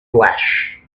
flash